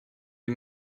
die